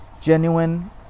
genuine